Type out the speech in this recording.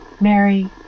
Mary